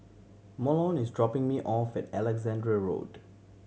Mahlon is dropping me off at Alexandra Road